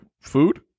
food